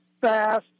fast